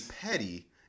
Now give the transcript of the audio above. petty